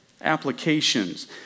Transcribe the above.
applications